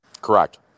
Correct